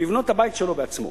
לבנות את הבית שלו בעצמו.